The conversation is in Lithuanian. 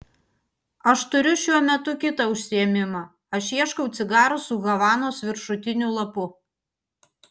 aš turiu šiuo metu kitą užsiėmimą aš ieškau cigarų su havanos viršutiniu lapu